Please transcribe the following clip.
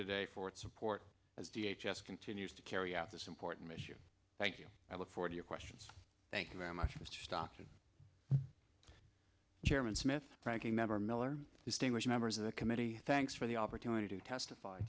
today for its support as v h s continues to carry out this important issue thank you i look forward your question thank you very much mr stockton chairman smith ranking member miller distinguished members of the committee thanks for the opportunity to testify